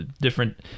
different